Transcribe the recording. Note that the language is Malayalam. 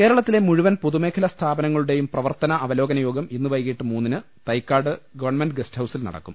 കേരളത്തിലെ മുഴുവൻ പൊതുമേഖല സ്ഥാപനങ്ങളുടെയും പ്രവർത്തന അവലോകന യോഗം ഇന്ന് വൈകീട്ട് മൂന്നിന് തൈക്കാട് ഗവണമെന്റ് ഗസ്റ്റ്ഹൌസിൽ നടക്കും